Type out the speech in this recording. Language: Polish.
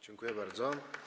Dziękuję bardzo.